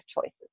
choices